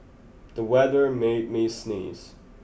the weather made me sneeze